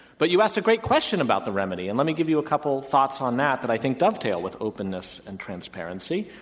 but you asked a great question about the remedy and let me give you a couple thoughts on that, that i think dovetail with openness and transparency.